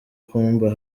kumba